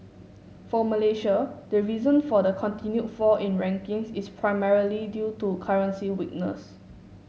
for Malaysia the reason for the continued fall in rankings is primarily due to currency weakness